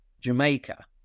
Jamaica